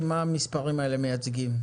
מה המספרים האלה מייצגים?